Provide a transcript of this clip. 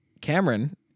Cameron